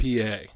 PA